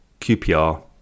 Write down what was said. QPR